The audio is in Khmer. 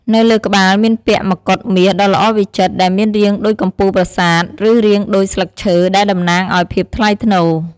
នៅលើក្បាល មានពាក់ មកុដមាសដ៏ល្អវិចិត្រ ដែលមានរាងដូចកំពូលប្រាសាទ ឬរាងដូចស្លឹកឈើ ដែលតំណាងឱ្យភាពថ្លៃថ្នូរ។